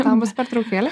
tam bus pertraukėlė